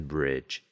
Bridge